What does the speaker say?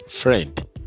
Friend